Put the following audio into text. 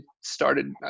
started